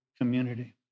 community